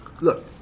Look